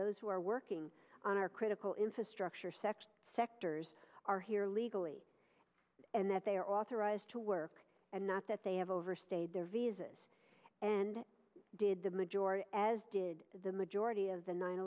those who are working on our critical infrastructure sector sectors are here legally and that they are authorized to work and not that they have overstayed their visas and did the majority as did the majority of the nine